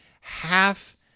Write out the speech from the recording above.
half